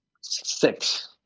six